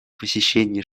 посещение